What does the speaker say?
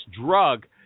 drug